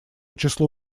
число